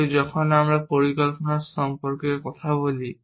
কিন্তু যখন আমরা পরিকল্পনা সম্পর্কে কথা বলি